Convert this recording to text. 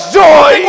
joy